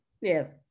yes